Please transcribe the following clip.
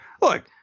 look